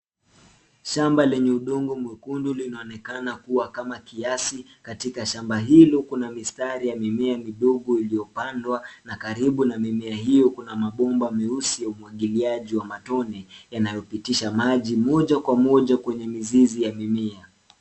Shamba lenye udongo mwekundu linaonekana kuwa kama kiasi katika shamba hilo lenye kuna mistari ya mimea midogo iliyopandwa na karibu na mimea hiyo kuna mabomba meusi ya umwagiliaji wa matone yanayopitisha maji moja kwa moja kwenye mizizi ya mimea